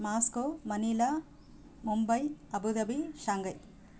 Moscow Manila Mumbai Abu Dhabi Shanghai